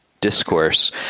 discourse